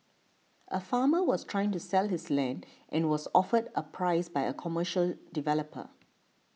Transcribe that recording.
a farmer was trying to sell his land and was offered a price by a commercial developer